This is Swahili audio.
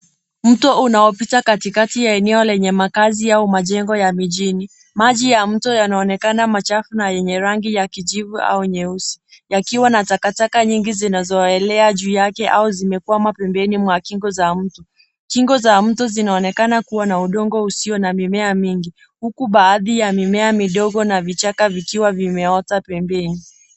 Mto unaopita katikati ya eneo lenye makazi au majengo ya mijini. Maji ya mto yanaonekana machafu na yenye rangi ya kijivu au nyeusi ,yakiwa na takataka nyingi zinazoelea juu yake au zimekwama pembeni mwa kingo za mto. Kingo za mto zinaonekana kuwa na udongo usio na mimea mingi ,huku baadhi ya mimea midogo na vichaka vikiwa vimeota pembeni.